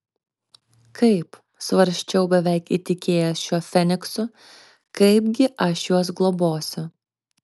kaip svarsčiau beveik įtikėjęs šiuo feniksu kaipgi aš juos globosiu